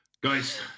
Guys